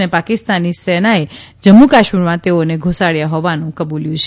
અને પાકિસ્તાની સેનાએ જમ્મુ કાશ્મીરમાં તેઓને ધુસાડ્યા હોવાનું કબૂલ્યું છે